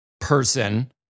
person